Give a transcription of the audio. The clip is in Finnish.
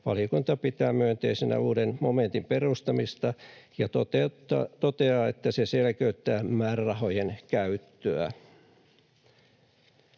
valiokunta pitää myönteisenä uuden momentin perustamista ja toteaa, että se selkeyttää määrärahojen käyttöä.